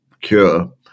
Cure